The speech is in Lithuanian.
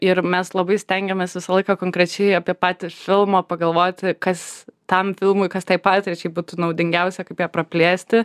ir mes labai stengiamės visą laiką konkrečiai apie patį filmą pagalvoti kas tam filmui kas tai patirčiai būtų naudingiausia kaip ją praplėsti